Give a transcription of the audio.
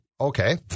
okay